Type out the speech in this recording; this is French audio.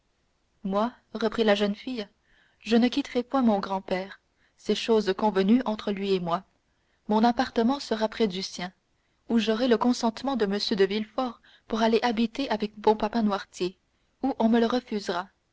moi reprit la jeune fille je ne quitterai point mon grand-père c'est chose convenue entre lui et moi mon appartement sera près du sien ou j'aurai le consentement de m de villefort pour aller habiter avec bon papa noirtier ou on me le refusera